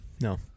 No